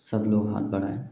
सब लोग हाथ बढ़ाएँ